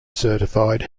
certified